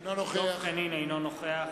אינו נוכח ישראל חסון אינו נוכח